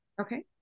Okay